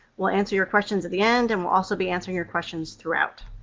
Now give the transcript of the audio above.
we'll answer your questions at the end, and we'll also be answering your questions throughout.